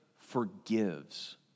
forgives